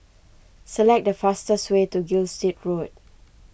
select the fastest way to Gilstead Road